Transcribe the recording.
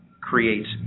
creates